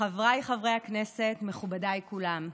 חבריי חברי הכנסת, מכובדיי כולם,